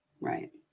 Right